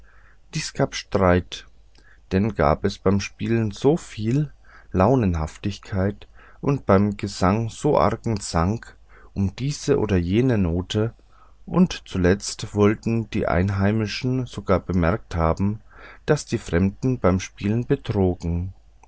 dies gab streit dann gab es beim spielen so viel launenhaftigkeit und beim gesang so argen zank um diese oder jene note und zuletzt wollten die einheimischen sogar bemerkt haben daß die fremden beim spiel betrogen